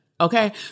okay